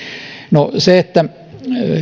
se että